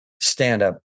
stand-up